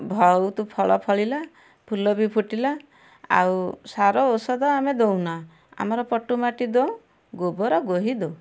ବହୁତ ଫଳ ଫଳିଲା ଫୁଲ ବି ଫୁଟିଲା ଆଉ ସାର ଔଷଧ ଆମେ ଦେଉନା ଆମର ପଟୁ ମାଟି ଦଉ ଗୋବର ଗୋହି ଦଉ